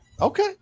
Okay